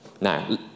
Now